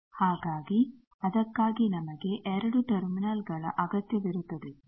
ಹಾಗಾಗಿ ಅದಕ್ಕಾಗಿ ನಮಗೆ 2 ಟರ್ಮಿನಲ್ಗಳ ಅಗತ್ಯವಿರುತ್ತದೆ